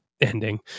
ending